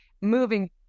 moving